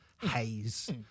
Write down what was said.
haze